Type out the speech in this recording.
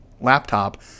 laptop